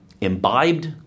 imbibed